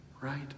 right